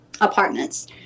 apartments